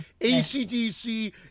ACDC